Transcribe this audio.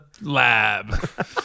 lab